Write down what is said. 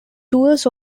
tours